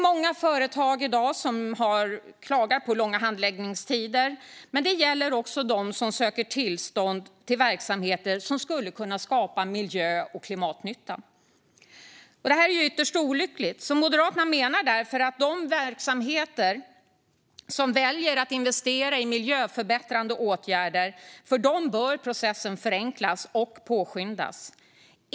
Många företag klagar i dag på långa handläggningstider. Det gäller också dem som söker tillstånd för verksamheter som skulle kunna skapa miljö och klimatnytta. Det här är ytterst olyckligt. Moderaterna menar därför att för de verksamheter som väljer att investera i miljöförbättrande åtgärder bör processen förenklas och påskyndas.